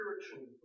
spiritual